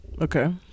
Okay